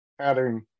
pattern